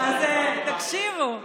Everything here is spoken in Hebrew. תקשיבו,